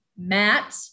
Matt